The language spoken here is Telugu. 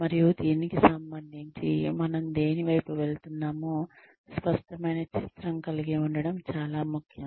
మరియు దీనికి సంబంధించి మనం దేని వైపు వెళ్తున్నామో స్పష్టమైన చిత్రం కలిగి ఉండటం చాలా ముఖ్యం